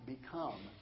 become